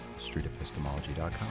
streetepistemology.com